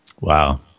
Wow